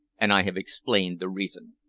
and i have explained the reason.